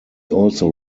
also